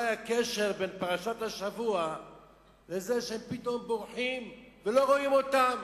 אולי הקשר בין פרשת השבוע לזה שהם פתאום בורחים ולא רואים אותם